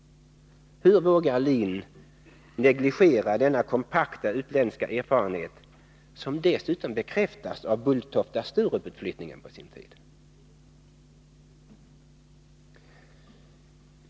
Hur vågar LIN negligera denna kompakta utländska erfarenhet, som dessutom bekräftas av Bulltofta/ Sturuputflyttningen på sin tid?